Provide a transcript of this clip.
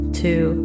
two